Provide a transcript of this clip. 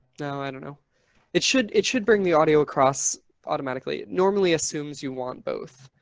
you know and you know it should it should bring the audio across automatically normally assumes you want both,